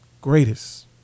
Greatest